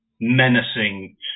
menacing